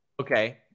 okay